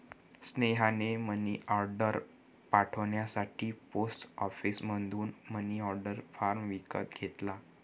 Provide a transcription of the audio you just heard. स्नेहाने मनीऑर्डर पाठवण्यासाठी पोस्ट ऑफिसमधून मनीऑर्डर फॉर्म विकत घेतला